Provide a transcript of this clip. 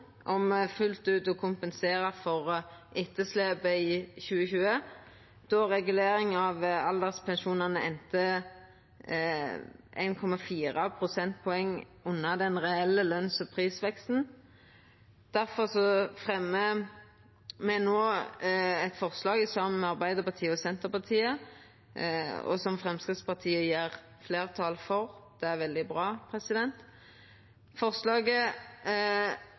fullt ut å kompensera for etterslepet i 2020, då regulering av alderspensjonane enda 1,4 pst. under den reelle løns- og prisveksten. Difor fremjar me no eit forslag, saman med Arbeidarpartiet og Senterpartiet, som Framstegspartiet gjev fleirtal for, og det er veldig bra. Forslaget